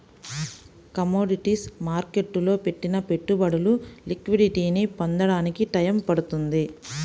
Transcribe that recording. commodities మార్కెట్టులో పెట్టిన పెట్టుబడులు లిక్విడిటీని పొందడానికి టైయ్యం పడుతుంది